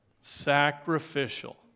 Sacrificial